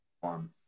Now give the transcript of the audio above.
one